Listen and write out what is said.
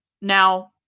Now